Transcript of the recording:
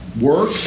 Work